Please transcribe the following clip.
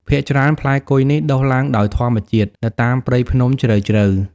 ភាគច្រើផ្លែគុយនេះដុះឡើងដោយធម្មជាតិ នៅតាមព្រៃភ្នំជ្រៅៗ។